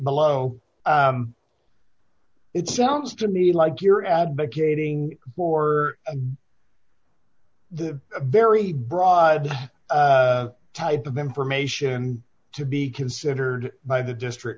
below it sounds to me like you're advocating for the a very broad type of information to be considered by the district